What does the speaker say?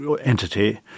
entity